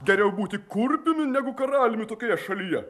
geriau būti kurpiumi negu karaliumi tokioje šalyje